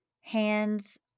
hands